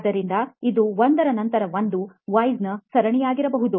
ಆದ್ದರಿಂದ ಇದು ಒಂದರ ನಂತರ ಒಂದರ Whys ನ ಸರಣಿಯಾಗಿರಬಹುದು